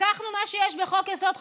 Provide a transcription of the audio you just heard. לקחנו את מה שיש בחוק-יסוד: